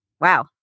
Wow